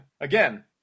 again